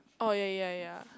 oh yeah yeah yeah